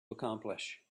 accomplish